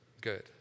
good